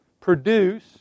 produce